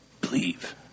believe